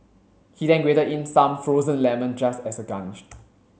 he then grated in some frozen lemon just as a garnish